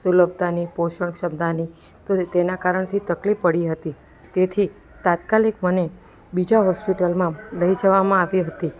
સુલભતાની પોષણ ક્ષમતાની તેના કારણથી તકલીફ પડી હતી તેથી તાત્કાલિક મને બીજા હોસ્પિટલમાં લઈ જવામાં આવી હતી